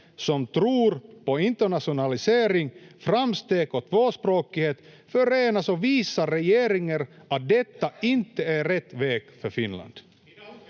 som tror på internationalisering, framsteg och tvåspråkighet förenas och visar regeringen att detta inte är rätt väg för Finland.